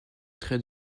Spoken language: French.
trait